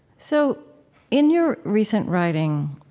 so in your recent writing,